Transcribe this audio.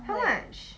how much